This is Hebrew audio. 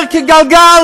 זה כגלגל,